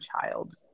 child